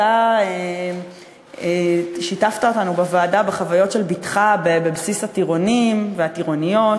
אתה שיתפת אותנו בוועדה בחוויות של בתך בבסיס הטירונים והטירוניות,